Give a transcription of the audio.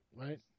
right